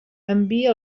envia